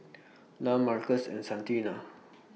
Lum Marcos and Santina